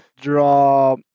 draw